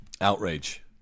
outrage